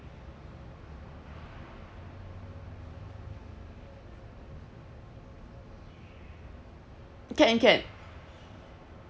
can can